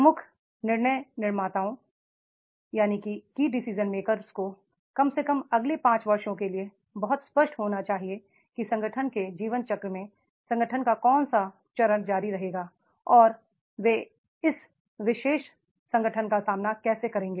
प्रमुख निर्णय निर्माताओं की डिसीजन मेकर्स को कम से कम अगले पांच वर्षों के लिए बहुत स्पष्ट होना चाहिए कि संगठन के जीवन चक्र में संगठन का कौन सा चरण जारी रहेगा और वे इस विशेष संगठन का सामना कैसे करेंगे